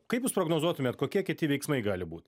kaip jūs prognozuotumėt kokie kiti veiksmai gali būt